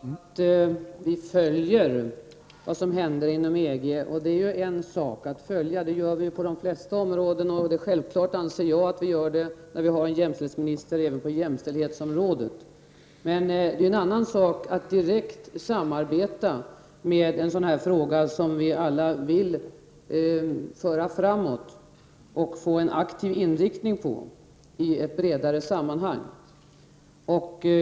Herr talman! Statsrådet sade att regeringen följer det som händer inom EG. Det är en sak att följa — det gör vi på de flesta områden, och jag anser det självklart att vi gör detta på jämställdhetsområdet när vi har en jämställdhetsminister — men det är en annan sak att direkt samarbeta i en fråga som vi alla vill föra framåt och driva aktivt i ett bredare sammanhang.